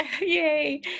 Yay